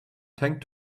tank